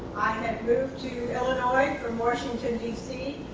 i had moved to illinois from washington, d c.